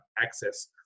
access